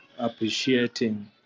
appreciating